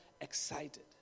excited